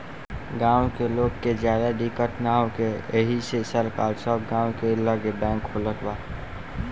गाँव के लोग के ज्यादा दिक्कत ना होखे एही से सरकार सब गाँव के लगे बैंक खोलत बा